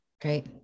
Great